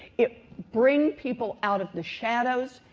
it brings people out of the shadows.